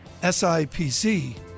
SIPC